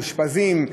מאושפזים,